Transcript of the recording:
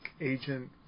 Agent